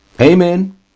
Amen